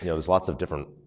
yeah there's lots of different,